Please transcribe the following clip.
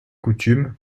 coutume